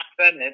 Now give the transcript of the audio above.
Senate